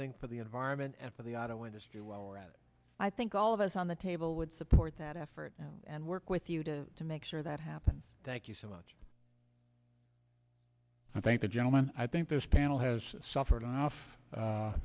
thing for the environment and for the auto industry while we're at it i think all of us on the table would support that effort and work with you to to make sure that happens thank you so much i thank the gentleman i think this panel has suffered enough